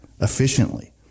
efficiently